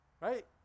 right